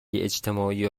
اجتماعی